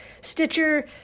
Stitcher